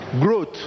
growth